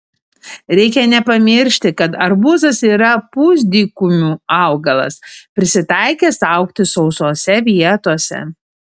reikia nepamiršti kad arbūzas yra pusdykumių augalas prisitaikęs augti sausose vietose